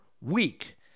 week